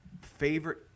favorite